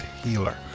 healer